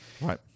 Right